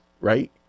right